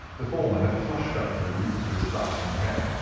the former had flushed up to the roots of his flaxen hair,